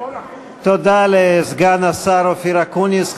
תודה לסגן השר אופיר אקוניס.